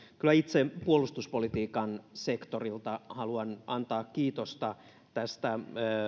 kyllä itse haluan antaa puolustuspolitiikan sektorilta kiitosta tästä